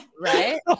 Right